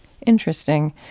interesting